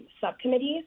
subcommittees